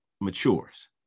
matures